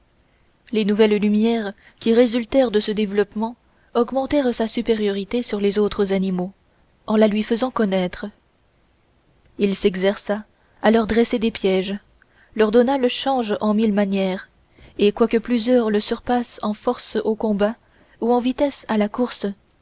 les nouvelles lumières qui résultèrent de ce développement augmentèrent sa supériorité sur les autres animaux en la lui faisant connaître il s'exerça à leur dresser des pièges il leur donna le change en mille manières et quoique plusieurs le surpassassent en force au combat ou en vitesse à la course